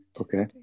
Okay